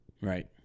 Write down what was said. Right